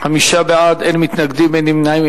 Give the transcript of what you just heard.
חמישה בעד, אין מתנגדים, אין נמנעים.